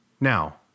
Now